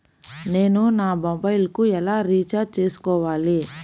నేను నా మొబైల్కు ఎలా రీఛార్జ్ చేసుకోవాలి?